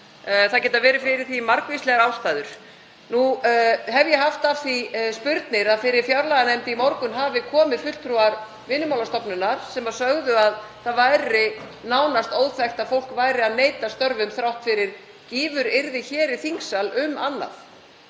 Það geta verið margvíslegar ástæður fyrir því. Nú hef ég haft af því spurnir að fyrir fjárlaganefnd í morgun hafi komið fulltrúar Vinnumálastofnunar sem sögðu að það væri nánast óþekkt að fólk neitaði störfum, þrátt fyrir gífuryrði hér í þingsal um annað.